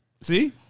See